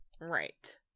Right